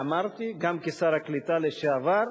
ואמרתי, גם כשר הקליטה לשעבר,